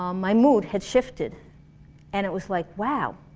um my mood had shifted and it was like, wow,